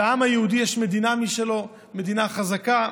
לעם היהודי יש מדינה משלו, מדינה חזקה.